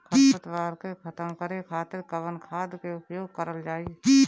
खर पतवार के खतम करे खातिर कवन खाद के उपयोग करल जाई?